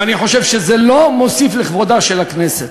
ואני חושב שזה לא מוסיף לכבודה של הכנסת.